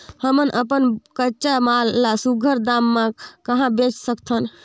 हमन अपन कच्चा माल ल सुघ्घर दाम म कहा बेच सकथन?